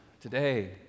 today